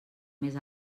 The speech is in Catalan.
més